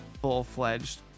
Full-fledged